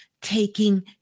taking